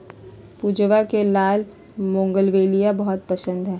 पूजवा के लाल बोगनवेलिया बहुत पसंद हई